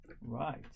Right